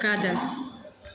Kajal